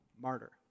Martyr